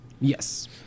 Yes